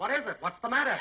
what is it what's the matter